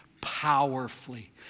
powerfully